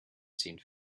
seemed